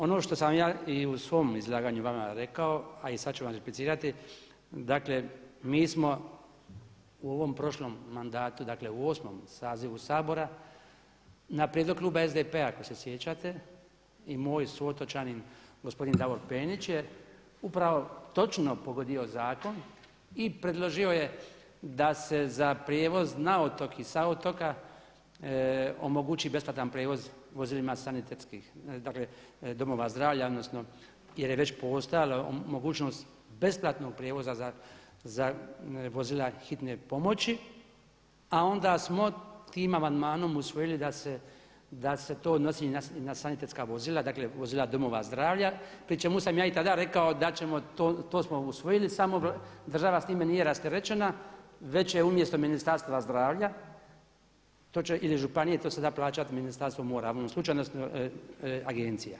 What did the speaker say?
Ono što sam ja i u svom izlaganju vama rekao a i sada ću vam replicirati dakle mi smo u ovom prošlom mandatu, dakle u 8. sazivu Sabora na prijedlog kluba SDP-a ako se sjećate i moj suotočanin gospodin Davor Penić je upravo točno pogodio zakon i predložio je da se za prijevoz na otok i sa otoka omogući besplatan prijevoz vozilima sanitetskih, dakle domova zdravlja jer je već postojala mogućnost besplatnog prijevoza za vozila hitne pomoći a onda smo tim amandmanom usvojili da se to odnosi i na sanitetska vozila, dakle vozila domova zdravlja pri čemu sam ja i tada rekao da ćemo, to smo usvojili samo država s time nije rasterećena već je umjesto Ministarstva zdravlja, to će, ili županije, to se da plaćati Ministarstvo mora, … agencija.